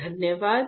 धन्यवाद